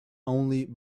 only